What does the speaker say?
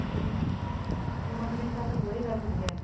आनी तूं मास्सो तांकां आतां भंय घाल भुरग्यांक